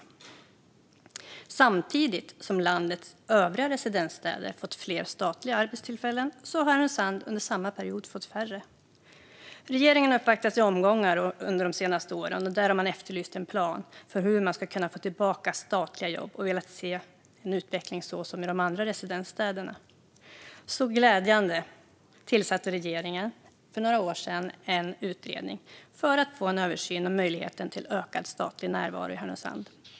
Under samma period som landets övriga residensstäder fick fler statliga arbetstillfällen fick Härnösand färre. Regeringen har uppvaktats i omgångar under de senaste åren. Man har efterlyst en plan för hur man ska kunna få tillbaka statliga jobb och har velat se en utveckling som i de andra residensstäderna. Glädjande nog tillsatte regeringen för några år sedan en utredning för att få en översyn av möjligheten till ökad statlig närvaro i Härnösand.